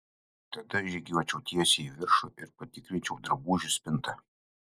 tada žygiuočiau tiesiai į viršų ir patikrinčiau drabužių spintą